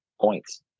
points